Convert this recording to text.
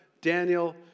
Daniel